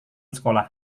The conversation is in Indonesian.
sekolah